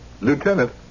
Lieutenant